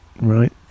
Right